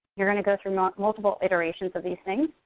you're gonna go through multiple iterations of these things.